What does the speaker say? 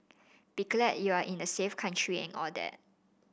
be glad you are in a safe country and all that